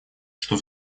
что